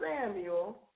Samuel